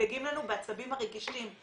שמדגדגים לנו בעצבים הרגישים.